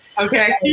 Okay